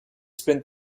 spent